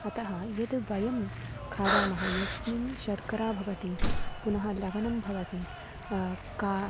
अतः यद् वयं खादामः यस्मिन् शर्करा भवति पुनः लवनं भवति किं